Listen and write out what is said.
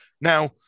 Now